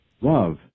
love